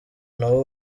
n’abo